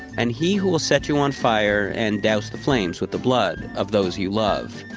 and he who will set you on fire and douse the flames with the blood of those you love.